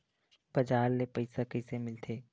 बजार ले पईसा कइसे मिलथे?